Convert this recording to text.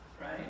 Right